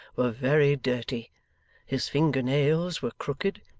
were very dirty his fingernails were crooked,